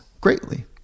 greatly